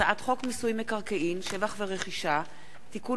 הצעת חוק מיסוי מקרקעין (שבח ורכישה) (תיקון